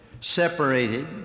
separated